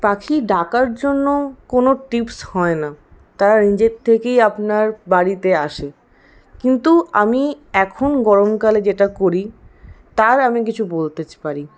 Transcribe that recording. পাখি ডাকার জন্য কোনো টিপস হয় না তারা নিজের থেকেই আপনার বাড়িতে আসে কিন্তু আমি এখন গরমকালে যেটা করি তার আমি কিছু বলতে পারি